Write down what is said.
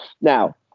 Now